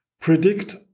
predict